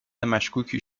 مشکوکی